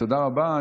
תודה רבה.